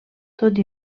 tot